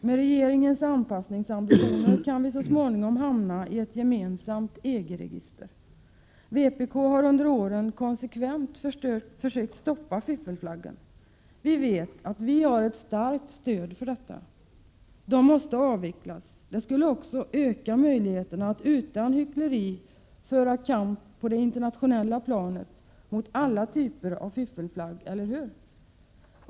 Med regeringens anpassningsambitioner kan vi så småningom hamna i ett gemensamt EG-register. Vpk har under åren konsekvent försökt stoppa fiffelflaggen. Vi vet att vi har ett starkt stöd för detta. Den måste avvecklas — det skulle också öka möjligheterna att utan hyckleri föra kamp på det internationella planet mot alla typer av fiffelflagg, eller hur?